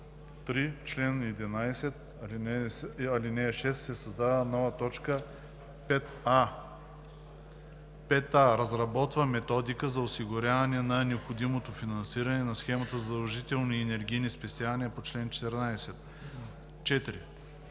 В чл. 11, ал. 6 се създава нова т. 5а: „5а. разработва методика за осигуряване на необходимото финансиране на схемата за задължителни енергийни спестявания по чл. 14;“ 4.